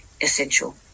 essential